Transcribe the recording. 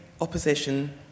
opposition